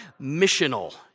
missional